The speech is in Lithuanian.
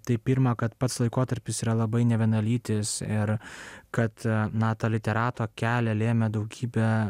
tai pirma kad pats laikotarpis yra labai nevienalytis ir kad na tą literato kelią lėmė daugybė